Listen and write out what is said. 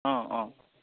অঁ অঁ